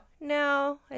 no